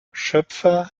schöpfer